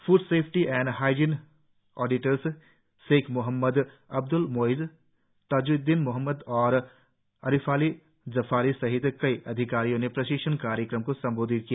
food safety और hygiene auditors Sheikh Mohammed Abdul Moiz Tajuddin Mohammed और Arif Ali Jafari सहित कई अधिकारियों ने प्रशिक्षण कार्यक्रम को संबोधित किया